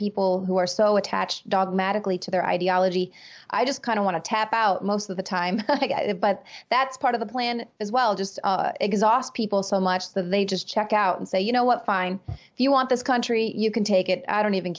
people who are so attached dogmatically to their ideology i just kind of want to tap out most of the time but that's part of the plan as well just exhaust people so much that they just check out and say you know what fine if you want this country you can take it i don't even